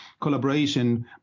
collaboration